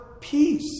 peace